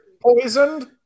Poisoned